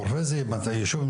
חורפיש הוא ישוב עם